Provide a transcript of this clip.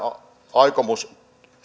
aikomus